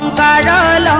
da da